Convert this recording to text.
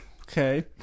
okay